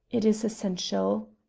it is essential.